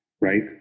right